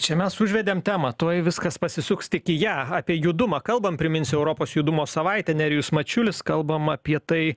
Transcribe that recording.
čia mes užvedėm temą tuoj viskas pasisuks tik į ją apie judumą kalbam priminsiu europos judumo savaitė nerijus mačiulis kalbam apie tai